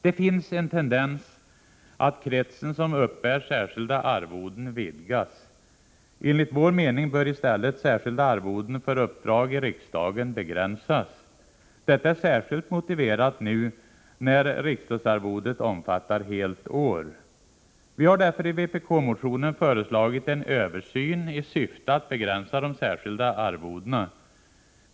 Det finns en tendens att kretsen som uppbär särskilda arvoden vidgas. Enligt vår mening bör i stället särskilda arvoden för uppdrag i riksdagen begränsas. Detta är särskilt motiverat nu, när riksdagsarvodet omfattar helt år. Vi har därför i vpk-motionen föreslagit en översyn i syfte att begränsa de särskilda arvodena.